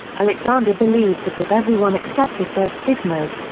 alexander believes that if everyone accepted their stigmas,